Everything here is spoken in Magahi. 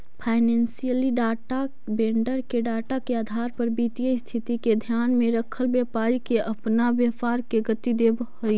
फाइनेंशियल डाटा वेंडर के डाटा के आधार पर वित्तीय स्थिति के ध्यान में रखल व्यापारी के अपना व्यापार के गति देवऽ हई